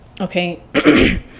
Okay